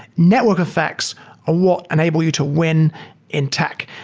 network effects are what enable you to win in tech.